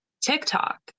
TikTok